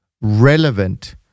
relevant